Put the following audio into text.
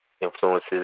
influences